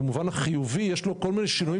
במובן החיובי יש לו כל מיני שינויים